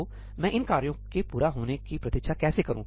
तो मैं इन कार्यों के पूरा होने की प्रतीक्षा कैसे करूं